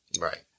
Right